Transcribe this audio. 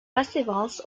festivals